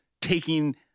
taking